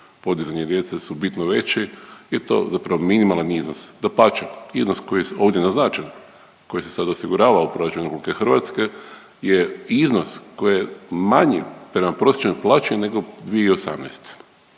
podizanje djece su bitno veći je to zapravo minimalan iznos, dapače iznos koji je ovdje naznačen koji se sad osigurava u proračunu RH je iznos koji je manji prema prosječnoj plaći nego 2018.